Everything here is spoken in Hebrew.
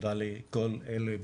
תודה לכל אלה,